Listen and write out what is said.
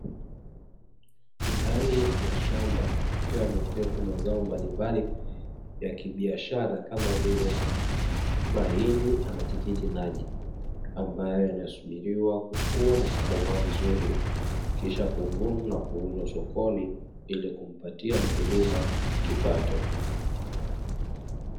Ndani ya shamba kukiwa kumeoteshwa mazao mbalimbali ya kibiashara kama vile mahindi na matikiti maji, ambayo yanasubiriwa kukua na kukomaa vizuri kisha kuvunwa na kuuza sokoni ili kumpatia mkulima kipato.